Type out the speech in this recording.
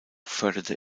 förderte